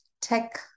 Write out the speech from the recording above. tech